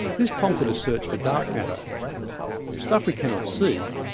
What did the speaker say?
this promoted a search for dark matter stuff we cannot see,